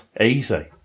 easy